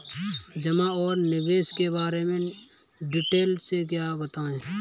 जमा और निवेश के बारे में डिटेल से बताएँ?